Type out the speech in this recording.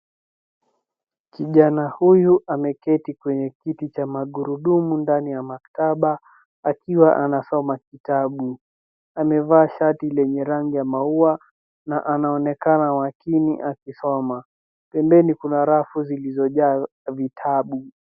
Kijana huyu ameketi kwenye kiti cha magurudumu ndani ya maktaba akiwa anasoma kitabu. Amevaa shati lenye rangi ya maua na anaonekana makini akisoma. Pembeni kuna rafu zilizojaa vitabu.